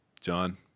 John